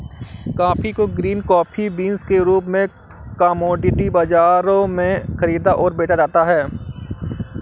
coffee को green coffee beans के रूप में कॉमोडिटी बाजारों में खरीदा और बेचा जाता है